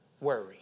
Worry